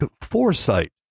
foresight